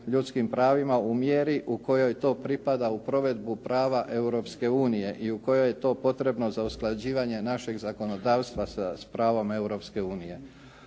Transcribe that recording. ljudskim pravima u mjeri u kojoj to pripada u provedbu prava Europske unije i u kojoj je to potrebno za usklađivanje našeg zakonodavstva s pravom